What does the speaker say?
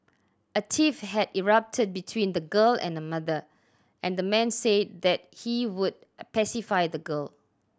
a tiff had erupted between the girl and the mother and the man said that he would pacify the girl